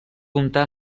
comptà